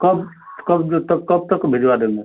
कब कब जो तब कब तक भिजवा देंगे